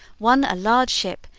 one a large ship,